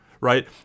right